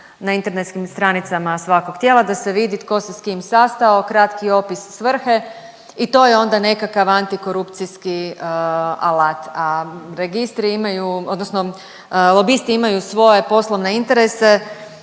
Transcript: na internetskim stranicama svakog tijela da se vidi tko se s kim sastao, kratki opis svrhe i to je onda nekakav antikorupcijski alat, a registri imaju odnosno lobisti